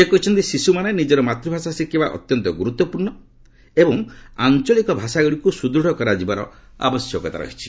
ସେ କହିଛନ୍ତି ଶିଶୁମାନେ ନିଜର ମାତୃଭାଷା ଶିଖିବା ଅତ୍ୟନ୍ତ ଗୁରୁତ୍ୱପୂର୍ଣ୍ଣ ଏବଂ ଆଞ୍ଚଳିକ ଭାଷାଗୁଡ଼ିକୁ ସୁଦୃଢ଼ କରାଯିବାର ଆବଶ୍ୟକତା ରହିଛି